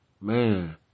man